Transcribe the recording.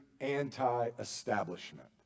anti-establishment